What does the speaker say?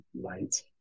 light